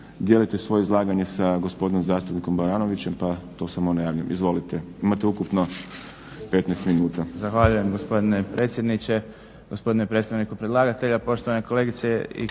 dijelite svoje izlaganje sa gospodinom zastupnikom Baranovićem pa to samo najavljujem. Izvolite, imate ukupno 15 minuta.